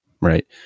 right